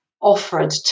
offered